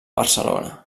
barcelona